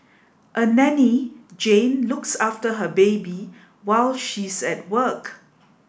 a nanny Jane looks after her baby while she's at work